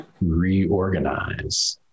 reorganize